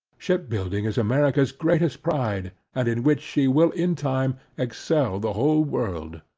ship-building is america's greatest pride, and in which, she will in time excel the whole world.